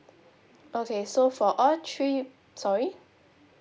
okay so for all three sorry